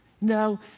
No